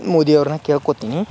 ಮೋದಿಯವ್ರನ್ನ ಕೇಳ್ಕೊತೀನಿ